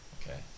Okay